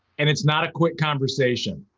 and it's not a quick conversation.